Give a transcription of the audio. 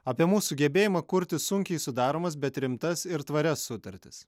apie mūsų gebėjimą kurti sunkiai sudaromas bet rimtas ir tvarias sutartis